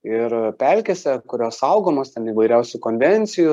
ir pelkėse kurios saugomos ten įvairiausių konvencijų